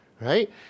right